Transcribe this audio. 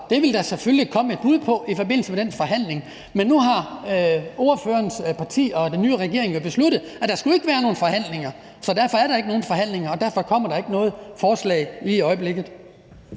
det vil der selvfølgelig komme et bud på i forbindelse med den forhandling. Men nu har ordførerens parti og den nye regering jo besluttet, at der ikke skal være nogen forhandlinger, så derfor er der ikke nogen forhandlinger, og derfor kommer der ikke noget forslag lige i øjeblikket.